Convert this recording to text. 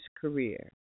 career